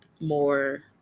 more